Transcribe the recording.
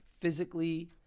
physically